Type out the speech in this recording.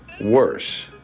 worse